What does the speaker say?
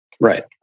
Right